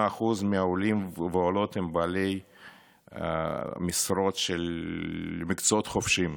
38% מהעולים והעולות הם בעלי משרות של מקצועות חופשיים,